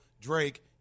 Drake